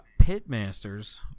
Pitmasters